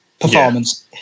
performance